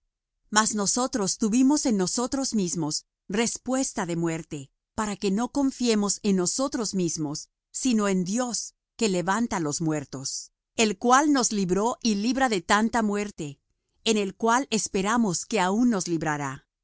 mas nosotros tuvimos en nosotros mismos respuesta de muerte para que no confiemos en nosotros mismos sino en dios que levanta los muertos el cual nos libró y libra de tanta muerte en el cual esperamos que aun nos librará